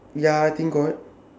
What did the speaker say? ya I think got